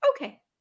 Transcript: Okay